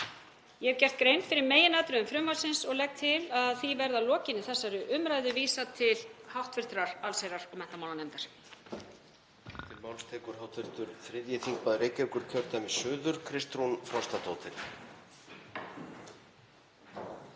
Ég hef gert grein fyrir meginatriðum frumvarpsins og legg til að því verði að lokinni þessari umræðu vísað til hv. allsherjar- og menntamálanefndar.